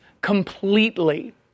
completely